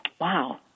wow